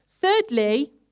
Thirdly